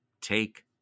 Take